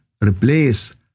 replace